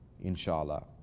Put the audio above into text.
inshallah